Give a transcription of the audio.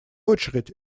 очередь